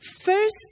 first